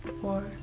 four